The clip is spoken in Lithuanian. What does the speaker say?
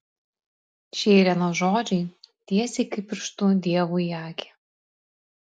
šie irenos žodžiai tiesiai kaip pirštu dievui į akį